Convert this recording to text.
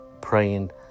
praying